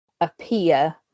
appear